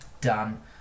done